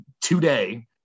today